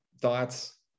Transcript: thoughts